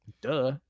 Duh